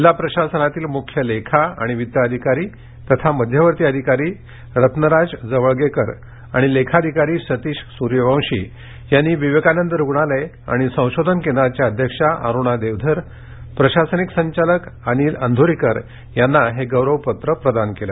जिल्हा प्रशासनातील मुख्य लेखा आणि वित्त अधिकारी तक्षा नोडल अधिकारी रूनराज जवळगेकर आणि लेखाधिकारी सतीश सूर्यवशी यांनी विवेकानंद रूनातय आणि संशोधन केंद्राच्या अध्यक्षा अरुणा देवधर प्रशासनिक संघालक अनिल अंघोरीकर यांना हे गौरव पत्र प्रदान केले